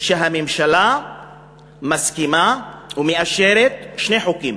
שהממשלה מסכימה ומאשרת שני חוקים,